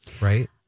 right